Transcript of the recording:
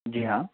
जी हाँ